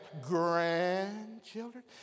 grandchildren